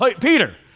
Peter